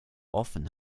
often